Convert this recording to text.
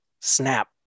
snap